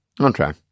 Okay